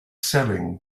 selling